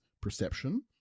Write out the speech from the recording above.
perception